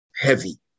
heavy